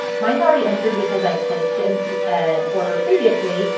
mine's already entered because i've placed and an order previously,